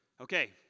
Okay